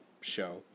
show